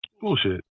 Bullshit